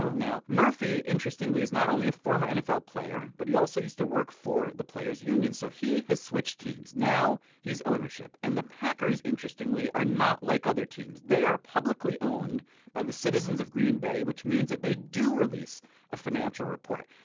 ah now murphy, interestingly, is not only a former nfl player, but he also used to work for the players' union. so he has switched teams. now, he's ownership. and the packers, interestingly, are not like other teams. they are publicly owned by the citizens of green bay, which means that they do release a financial report.